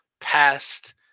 past